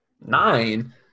Nine